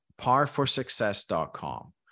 parforsuccess.com